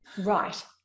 right